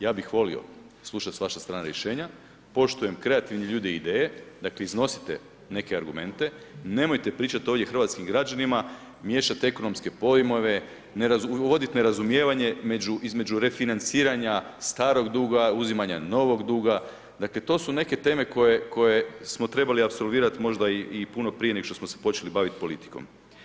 Ja bih volio slušati s vaše strane rješenja, poštujem kreativne ljude i ideje, dakle iznosite neke argumente, nemojte pričati ovdje hrvatskim građanima miješati ekonomske pojmove, uvoditi nerazumijevanje između refinanciranja starog duga, uzimanja novog duga, dakle to su neke teme koje smo trebali apsolvirati možda i puno prije nego što smo se počeli baviti politikom.